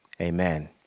Amen